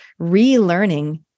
relearning